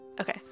Okay